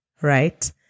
right